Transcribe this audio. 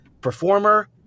performer